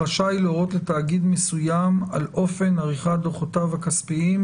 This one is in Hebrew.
רשאי להורות לתאגיד מסוים על אופן עריכת דוחותיו הכספיים,